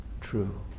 true